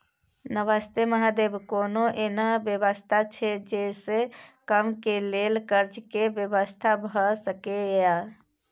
नमस्ते महोदय, कोनो एहन व्यवस्था छै जे से कम के लेल कर्ज के व्यवस्था भ सके ये?